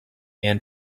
and